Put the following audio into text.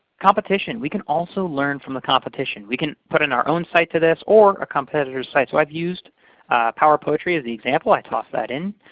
competition we can also learn from the competition. we can put in our own site to this or a competitor's site. so i've used power poetry as the example. i tossed that in.